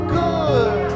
good